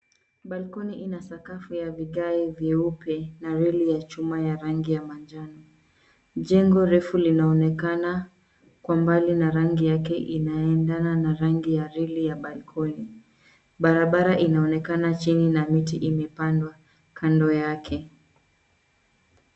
Balkoni ina sakafu ya vigae vyeupe na reli ya chuma ya rangi ya manjano. Jengo refu linaonekana kwa mbali na rangi yake inaendana na rangi ya reli ya balkoni. Barabara inaonekana chini na miti imepandwa kando yake.